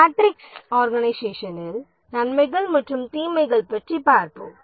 matrix ஆர்கனைஷேசனின் நன்மைகள் மற்றும் தீமைகள் பற்றி பார்ப்போம்